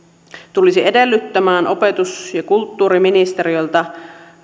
tulisi edellyttämään opetus ja kulttuuriministeriöltä